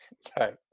Sorry